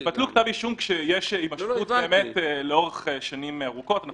יבטלו כתב אישום כשיש הימשכות לאורך שנים ארוכות.